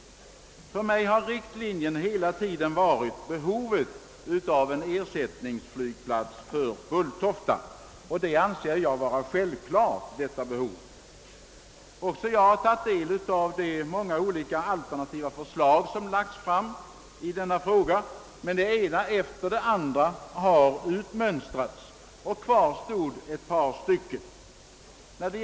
För mig har riktpunkten hela tiden varit behovet av en ersättningsflygplats för Bulltofta, ett behov som jag anser vara klart dokumenterat. Jag har också tagit del av de många alternativa förslag som framlagts, men det ena efter det andra har utmönstrats och kvar har till slut bara funnits ett par.